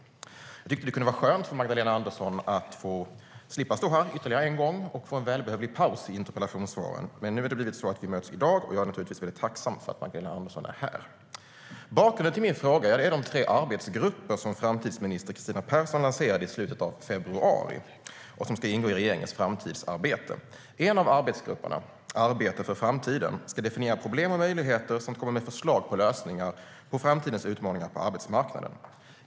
Jag tyckte att det kunde vara skönt för Magdalena Andersson att få slippa stå här ytterligare en gång och i stället få en välbehövlig paus i interpellationssvaren. Men nu har det blivit så att vi möts i dag, och jag är naturligtvis mycket tacksam för att Magdalena Andersson är här. Bakgrunden till min fråga är de tre arbetsgrupper som framtidsminister Kristina Persson lanserade i slutet av februari och som ska ingå i regeringens framtidsarbete. En av arbetsgrupperna, Arbete för framtiden, ska definiera problem och möjligheter samt komma med förslag till lösningar på framtidens utmaningar på arbetsmarknaden.